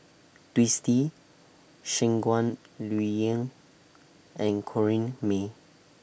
Twisstii Shangguan Liuyun and Corrinne May